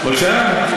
בבקשה?